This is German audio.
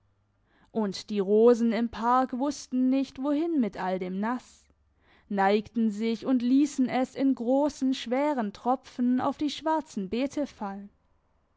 und die rosen im park wussten nicht wohin mit all dem nass neigten sich und liessen es in grossen schweren tropfen auf die schwarzen beete fallen